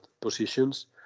positions